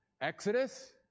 Exodus